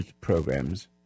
programs